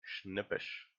schnippisch